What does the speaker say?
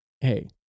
hey